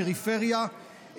בפריפריה,